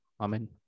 Amen